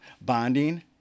bonding